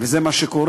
וזה מה שקורה,